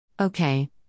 Okay